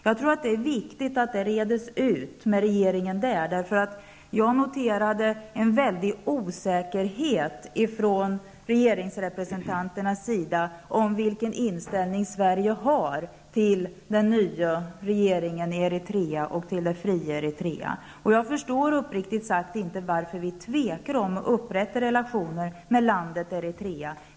Jag tror att det är viktigt att det reds ut med regeringen där, för jag noterade en väldig osäkerhet från regeringsrepresentanternas sida om vilken inställning Sverige har till den nya regeringen i Eritrea och till det fria Eritrea. Jag förstår uppriktigt sagt inte varför vi tvekar om att upprätta relationer med landet Eritrea.